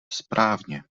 správně